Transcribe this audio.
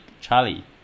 Charlie